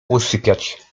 usypiać